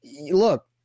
look